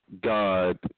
God